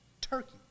Turkey